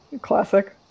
classic